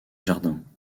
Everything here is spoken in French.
jardins